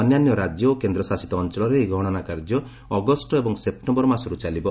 ଅନ୍ୟାନ୍ୟ ରାଜ୍ୟ ଓ କେନ୍ଦ୍ରଶାସିତ ଅଞ୍ଚଳରେ ଏହି ଗଣନା କାର୍ଯ୍ୟ ଅଗଷ୍ଟ ଏବଂ ସେପ୍ଟେମ୍ବର ମାସରୁ ଚାଲିବ